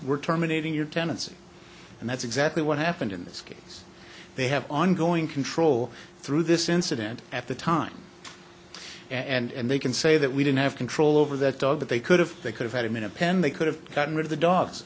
we're terminating your tenancy and that's exactly what happened in this case they have ongoing control through this incident at the time and they can say that we didn't have control over that dog that they could have they could have had him in a pen they could have gotten rid of the dogs